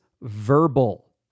verbal